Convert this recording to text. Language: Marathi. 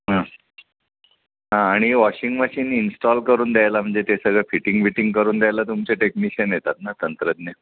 हां हा आणि वॉशिंग मशीन इन्स्टॉल करून द्यायला म्हणजे ते सगळं फिटिंग विटिंग करून द्यायला तुमचे टेक्निशियन येतात ना तंत्रज्ञ